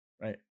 right